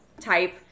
type